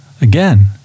Again